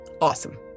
Awesome